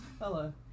Hello